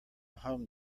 home